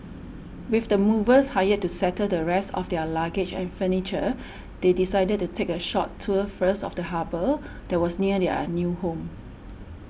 with the movers hired to settle the rest of their luggage and furniture they decided to take a short tour first of the harbour that was near their new home